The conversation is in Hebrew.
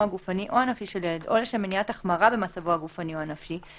הגופני או הנפשי של ילד או לשם מניעת החמרה במצבו הגופני או הנפשי,